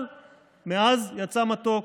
אבל מעז יצא מתוק.